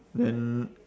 then